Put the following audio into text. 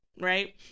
right